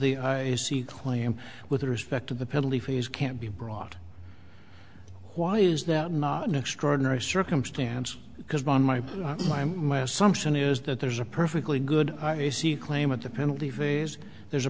the claim with respect to the penalty phase can't be brought why is that not an extraordinary circumstance because one my my my assumption is that there's a perfectly good claim at the penalty phase there's a